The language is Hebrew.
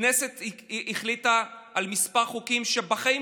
הכנסת החליטה על כמה חוקים שבחיים